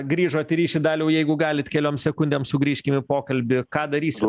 grįžot į ryšį daliau jeigu galit keliom sekundėm sugrįžkim į pokalbį ką darysit